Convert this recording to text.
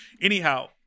anyhow